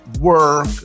work